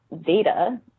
data